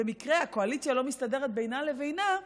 במקרה הקואליציה לא מסתדרת בינה לבינה,